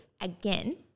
Again